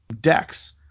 decks